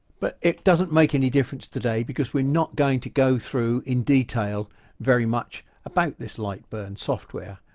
but it doesn't make any difference today because we're not going to go through in detail very much about this light burn software,